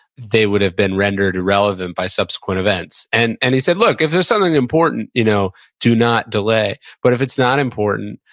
they would have been rendered irrelevant by subsequent events. and and he said, look, if there's something important, you know do not delay. but if it's not important,